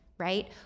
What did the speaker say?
Right